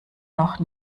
noch